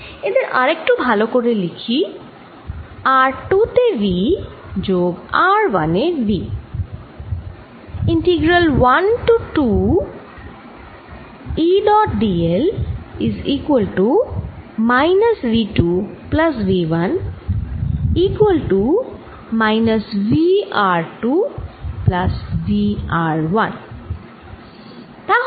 এদের আরেকটু ভাল করে লিখি r 2 তে v যোগ r 1 এ v